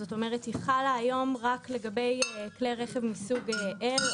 היא חלה היום רק לגבי כלי רכב מסוג (L),